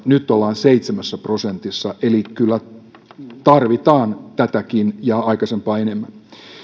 nyt ollaan seitsemässä prosentissa eli kyllä tarvitaan tätäkin ja aikaisempaa enemmän